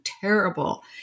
terrible